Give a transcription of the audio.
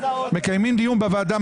מקיימים דיון בוועדה.